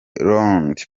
rond